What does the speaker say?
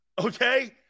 Okay